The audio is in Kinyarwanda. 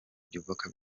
byubaka